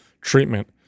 treatment